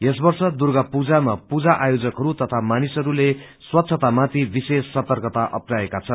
यस वर्ष दुर्गा पूजाको विशेष रूपमा पूजा आयोजकहरू तथा मानिसहरूले स्वच्छता माथि विशेष सर्तकता अप्नाइएका छन्